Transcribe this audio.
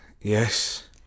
Yes